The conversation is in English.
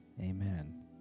amen